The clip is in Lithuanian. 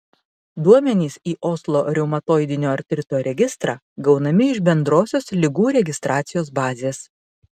duomenys į oslo reumatoidinio artrito registrą gaunami iš bendrosios ligų registracijos bazės